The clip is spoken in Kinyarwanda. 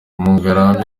mukangarambe